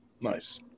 Nice